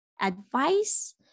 advice